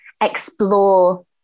explore